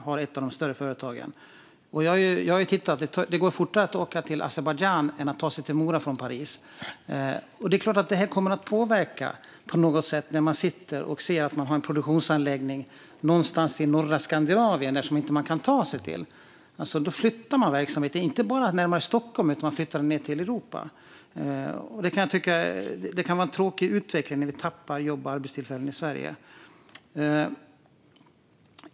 Jag har tittat, och det går fortare att åka till Azerbajdzjan än till Mora från Paris. Det är klart att det kommer att påverka på något sätt när man ser att man har en produktionsanläggning någonstans i norra Skandinavien som man inte kan ta sig till. Då flyttar man verksamheten, inte bara närmare Stockholm utan ned till Europa. Jag kan tycka att det är en tråkig utveckling att vi tappar jobb och arbetstillfällen i Sverige.